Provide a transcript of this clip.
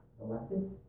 elected